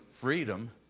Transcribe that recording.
freedom